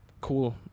cool